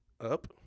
up